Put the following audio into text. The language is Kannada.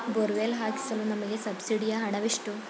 ಬೋರ್ವೆಲ್ ಹಾಕಿಸಲು ನಮಗೆ ಸಬ್ಸಿಡಿಯ ಹಣವೆಷ್ಟು?